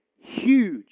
huge